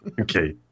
Okay